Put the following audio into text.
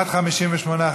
56), התשע"ח 2018, נתקבל.